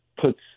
puts